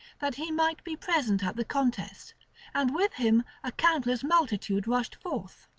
that he might be present at the contest and with him a countless multitude rushed forth.